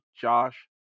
Josh